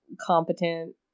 competent